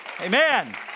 Amen